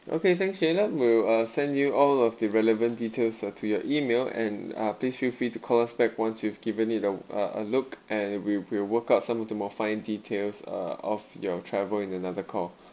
okay thank jenna we'll uh send you all of the relevant details uh to your email and uh please feel free to call us back once you've given it a w~ a a look and we will work out some of the more fine details are of your travel in another call